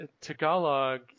Tagalog